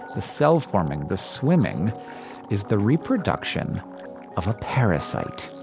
the cell-forming, the swimming is the reproduction of a parasite.